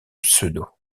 pseudo